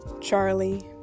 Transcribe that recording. Charlie